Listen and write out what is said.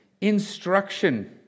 instruction